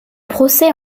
procès